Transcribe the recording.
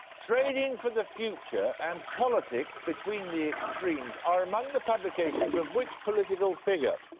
trading for the future and politics between the extremes are among the publications of which political figure?